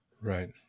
right